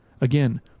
Again